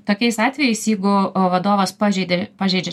tokiais atvejais jeigu vadovas pažeidė pažeidžia